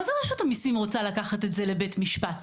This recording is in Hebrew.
מה זה רשות המיסים רוצה לקחת את זה לבית משפט,